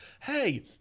hey